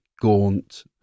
gaunt